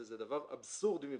זה דבר אבסורדי מבחינתנו.